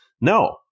No